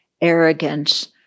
arrogance